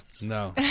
no